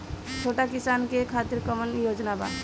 छोटा किसान के खातिर कवन योजना बा?